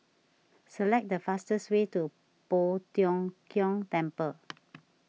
select the fastest way to Poh Tiong Kiong Temple